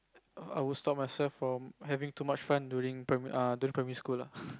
I would stop myself from having too much fun during err during primary school